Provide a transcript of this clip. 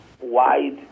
wide